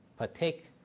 Partake